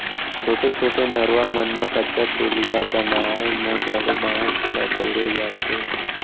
छोटे छोटे नरूवा मन म कच्चा पुलिया बनाए म घलौ बांस ल बउरे जाथे